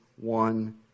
one